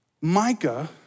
Micah